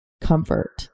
comfort